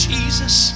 Jesus